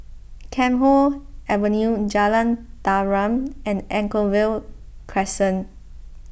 Camphor Avenue Jalan Tarum and Anchorvale Crescent